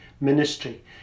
ministry